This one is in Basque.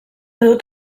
dut